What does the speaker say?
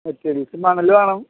മണല് വേണം